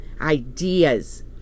ideas